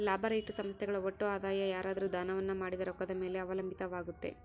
ಲಾಭರಹಿತ ಸಂಸ್ಥೆಗಳ ಒಟ್ಟು ಆದಾಯ ಯಾರಾದ್ರು ದಾನವನ್ನ ಮಾಡಿದ ರೊಕ್ಕದ ಮೇಲೆ ಅವಲಂಬಿತವಾಗುತ್ತೆ